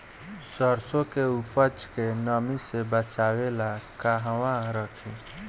सरसों के उपज के नमी से बचावे ला कहवा रखी?